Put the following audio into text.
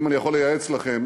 אם אני יכול לייעץ לכם,